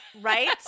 Right